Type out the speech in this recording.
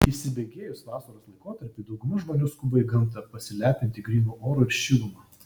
įsibėgėjus vasaros laikotarpiui dauguma žmonių skuba į gamtą pasilepinti grynu oru ir šiluma